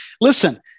Listen